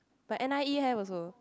but n_i_e have also